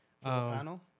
Panel